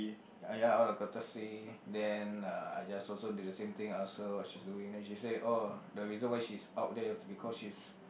!aiya! all the courtesy then uh I just also did the same thing ask her what she's doing then she said oh the reason why she's out there is because she's